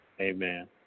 Amen